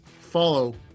Follow